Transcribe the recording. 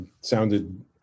sounded